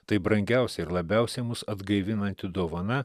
tai brangiausia ir labiausiai mus atgaivinanti dovana